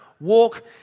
Walk